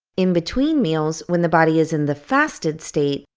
in between meals, when the body is in the fasted state,